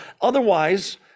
Otherwise